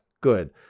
good